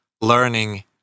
learning